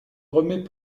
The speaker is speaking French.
remet